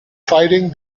fighting